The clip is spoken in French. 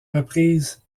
reprises